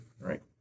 right